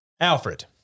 Alfred